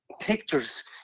pictures